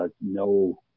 no